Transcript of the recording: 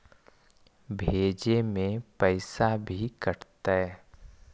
भेजे में पैसा भी कटतै?